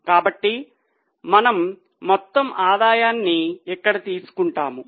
కాబట్టి మనము మొత్తం ఆదాయాన్ని ఇక్కడ తీసుకుంటాము